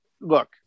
Look